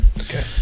Okay